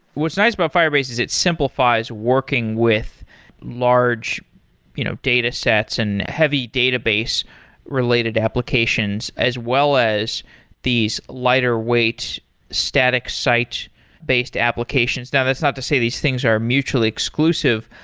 what's nice about firebase is it simplifies working with large you know datasets and heavy database related applications as well as these lighter weights static sites based applications. now, that's not to say these things are mutually exclusive,